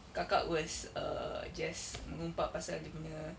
kakak was err just mengumpat pasal dia punya